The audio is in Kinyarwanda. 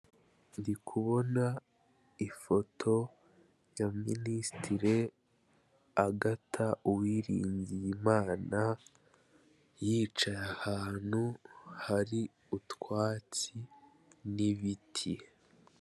Ndikubona ifoto ya minisitiri Agathe Uwiringiyimana, yicaye ahantu hari utwatsi n'ibiti.